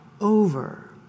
over